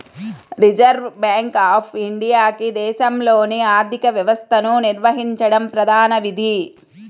reserve bank of ఇండియాకి దేశంలోని ఆర్థిక వ్యవస్థను నిర్వహించడం ప్రధాన విధి